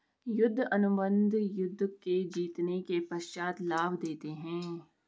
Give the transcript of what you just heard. युद्ध अनुबंध युद्ध के जीतने के पश्चात लाभ देते हैं